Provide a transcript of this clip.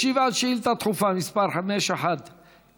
שישיב על שאילתה דחופה מס' 519,